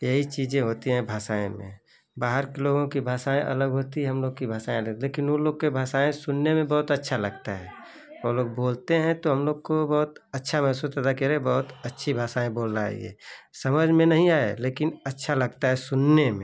यही चीज़ें होती हैं भाषाएँ में बाहर के लोगों की भाषाएँ अलग होती हैं हम लोग की भाषाएँ अलग लेकिन वो लोग के भाषाएँ सुनने में बहुत अच्छा लगता है वो लोग बोलते हैं तो हम लोग को बहुत अच्छा महसूस होता है कि अरे बहुत अच्छी भाषाएँ बोल रहा है ये समझ में नहीं आए लेकिन अच्छा लगता है सुनने में